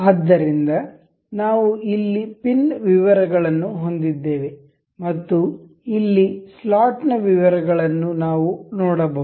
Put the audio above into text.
ಆದ್ದರಿಂದ ನಾವು ಇಲ್ಲಿ ಪಿನ್ ವಿವರಗಳನ್ನು ಹೊಂದಿದ್ದೇವೆ ಮತ್ತು ಇಲ್ಲಿ ಸ್ಲಾಟ್ ನ ವಿವರಗಳನ್ನು ನಾವು ನೋಡಬಹುದು